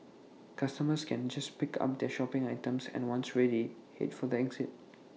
customers can just pick up their shopping items and once ready Head for the exit